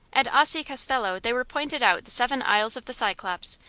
at aci castello they were pointed out the seven isles of the cyclops,